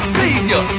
savior